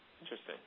Interesting